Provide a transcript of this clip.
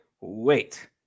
Wait